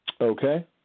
Okay